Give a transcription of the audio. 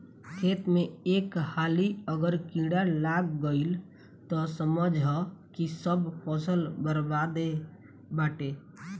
खेत में एक हाली अगर कीड़ा लाग गईल तअ समझअ की सब फसल बरबादे बाटे